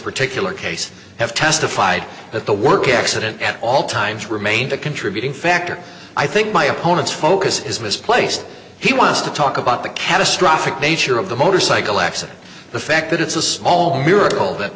particular case have testified that the work accident at all times remained a contributing factor i think my opponent's focus is misplaced he wants to talk about the catastrophic nature of the motorcycle accident the fact that it's a small miracle that